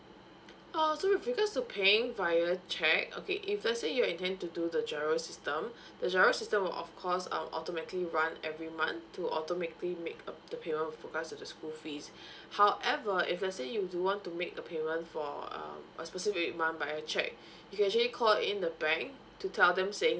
ah so with regards to paying via check okay if let's say you intend to do the giro system the giro system will of course um automatically run every month to automatedly make um the payment with regards to the school fees however if let's say you do want to make the payment for um a specific month by a check you can actually call in the bank to tell them saying